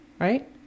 Right